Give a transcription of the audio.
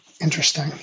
Interesting